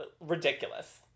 Ridiculous